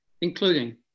including